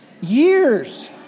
years